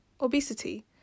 obesity